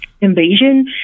invasion